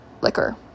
liquor